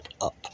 up